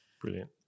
Brilliant